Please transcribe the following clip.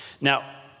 Now